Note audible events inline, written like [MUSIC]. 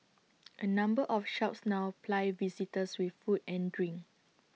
[NOISE] A number of shops now ply visitors with food and drink